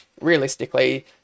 realistically